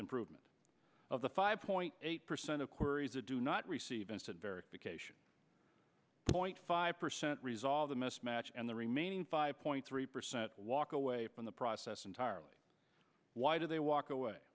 improvement of the five point eight percent of queries that do not receive instant verification point five percent resolve the mismatch and the remaining five point three percent walk away from the process entirely why did they walk away